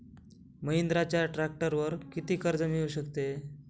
महिंद्राच्या ट्रॅक्टरवर किती कर्ज मिळू शकते?